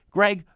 Greg